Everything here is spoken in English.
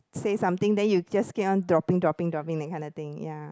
say something then you just keep on dropping dropping dropping that kind of thing ya